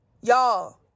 Y'all